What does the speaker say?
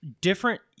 Different